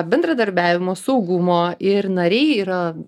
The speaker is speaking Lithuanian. bendradarbiavimo saugumo ir nariai yra